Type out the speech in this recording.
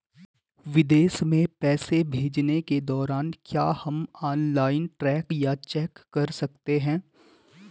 विदेश में पैसे भेजने के दौरान क्या हम ऑनलाइन ट्रैक या चेक कर सकते हैं?